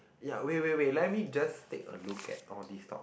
ya wait wait wait let me just take a look at all these stock